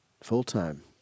full-time